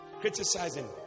Criticizing